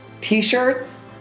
T-shirts